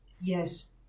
Yes